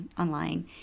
online